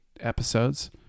episodes